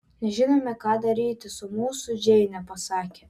nežinome ką daryti su mūsų džeine pasakė